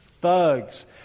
Thugs